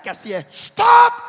stop